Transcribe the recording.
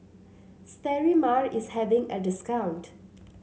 Sterimar is having a discount